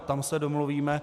Tam se domluvíme.